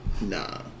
Nah